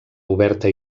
oberta